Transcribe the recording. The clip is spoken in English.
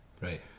Right